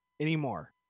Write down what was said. anymore